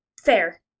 fair